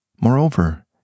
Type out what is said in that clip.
Moreover